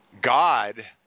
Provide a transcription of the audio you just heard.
God